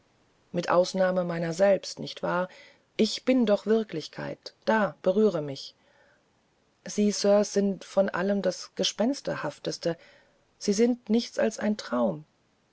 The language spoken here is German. mit ausnahme meiner selbst nicht wahr ich bin doch wirklichkeit da berühre mich sie sir sind von allem das gespensterhafteste sie sind nichts als ein traum